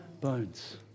bones